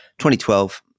2012